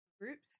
groups